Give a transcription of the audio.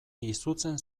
izutzen